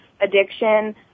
addiction